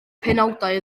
penawdau